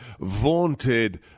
vaunted